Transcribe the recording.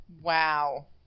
Wow